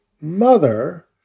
mother